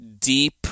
deep